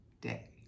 day